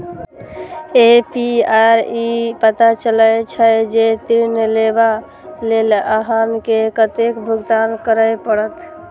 APR सं ई पता चलै छै, जे ऋण लेबा लेल अहां के कतेक भुगतान करय पड़त